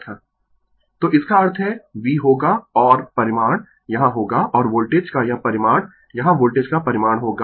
Refer Slide Time 1632 तो इसका अर्थ है V होगा है और परिमाण यहां होगा और वोल्टेज का यह परिमाण यहां वोल्टेज का परिमाण होगा V